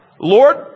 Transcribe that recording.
Lord